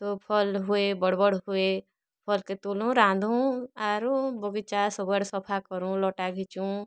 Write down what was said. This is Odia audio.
ତୋ ଫଲ୍ ହୁଏ ବଡ଼୍ ବଡ଼୍ ହୁଏ ଫଲ୍କେ ତୋଲୁଁ ରାନ୍ଧୁ ଆରୁ ବଗିଚା ସବୁ ଆଡ଼େ ସଫା କରୁଁ ଲଟା ଘିଚୁଁ